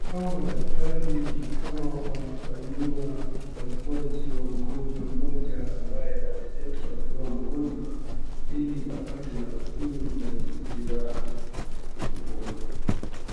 Hao madaktari ni kama wanafanyiwa upasuaji wa mgonjwa mmoja ambaye aliletwa akiwa mgonjwa ili apate nafuu na kupona.